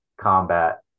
combat